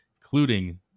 including